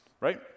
right